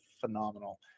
phenomenal